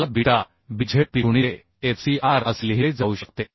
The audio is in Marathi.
याला बीटा b z p गुणिले f c r असे लिहिले जाऊ शकते